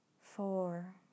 four